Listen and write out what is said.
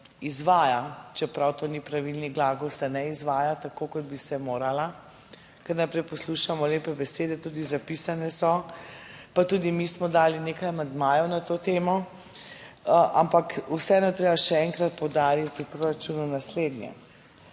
izvaja, čeprav to ni pravilnik, se ne izvaja tako, kot bi se morala. Kar naprej poslušamo lepe besede, tudi zapisane so, pa tudi mi smo dali nekaj amandmajev na to temo, ampak vseeno je treba še enkrat poudariti o proračunu naslednje.